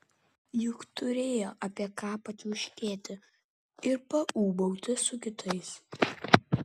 juk turėjo apie ką pačiauškėti ir paūbauti su kitais